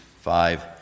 five